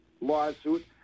lawsuit